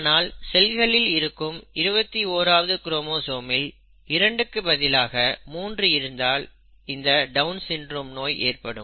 ஆனால் செல்களில் இருக்கும் 21வது குரோமோசோமில் 2 க்கு பதிலாக 3 இருந்தால் இந்த டவுன் சிண்ட்ரோம் நோய் ஏற்படும்